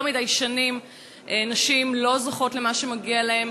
יותר מדי שנים נשים לא זוכות למה שמגיע להן.